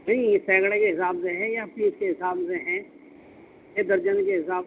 نہیں سینکڑے کے حساب سے ہیں یا پیس کے حساب سے ہیں کہ درجن کے حساب